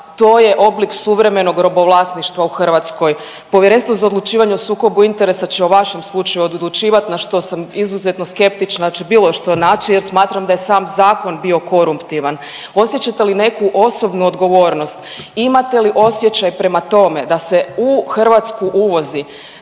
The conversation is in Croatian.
To je oblik suvremenog robovlasništva u Hrvatskoj. Povjerenstvo za odlučivanje o sukobu interesa će u vašem slučaju odlučivati na što sam izuzetno skeptična da će bilo što naći jer smatram da je sam zakon bio koruptivan. Osjećate li neku osobnu odgovornost. Imate li osjećaj prema tome da se u Hrvatsku uvozi